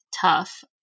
Tough